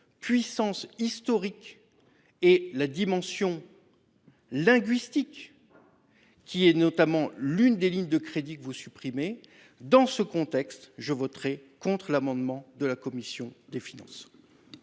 puissance historique et la même dimension linguistique – il s’agit d’ailleurs de l’une des lignes de crédits que vous supprimez. Dans ce contexte, je voterai contre l’amendement de la commission des finances.